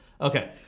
Okay